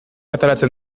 ateratzen